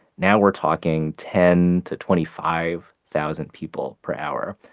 now we're talking ten to twenty five thousand people per hour.